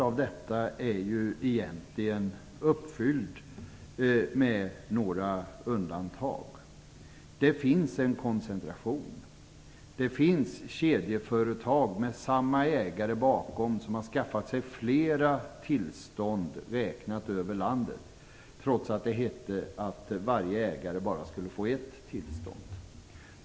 Av detta är egentligen inget uppfyllt, med några undantag. Det finns en koncentration. Det finns gemensamt ägda kedjeföretag vilka har skaffat sig flera tillstånd, sett över landet, trots att det hette att varje ägare skulle få bara ett tillstånd.